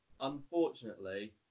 unfortunately